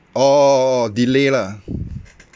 orh orh orh orh delay lah